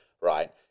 right